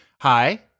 Hi